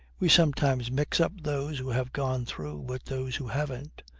we sometimes mix up those who have gone through with those who haven't.